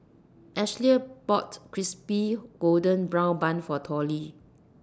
Ashlea bought Crispy Golden Brown Bun For Tollie